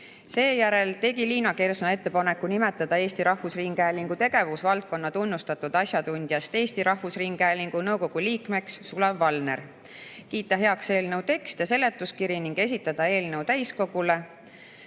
Seejärel tegi Liina Kersna ettepaneku nimetada Eesti Rahvusringhäälingu tegevusvaldkonna tunnustatud asjatundjast Eesti Rahvusringhäälingu nõukogu liikmeks Sulev Valner, kiita heaks eelnõu tekst ja seletuskiri ning esitada eelnõu täiskogule,